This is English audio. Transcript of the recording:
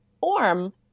form